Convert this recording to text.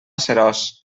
seròs